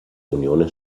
unione